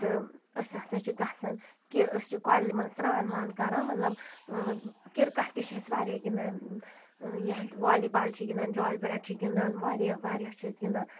تہٕ أسۍ ہَسا چھِ گَژھان کہِ أسۍ چھِ کۄلہِ منٛز سران وان کَران مطلب کِرکَٹ تہِ چھِ أسۍ واریاہ گِنٛدان یا والی بال چھِ گِنٛدان جال بیٹ چھِ گِنٛدان واریاہ واریاہ چھِ أسۍ گِنٛدان